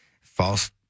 false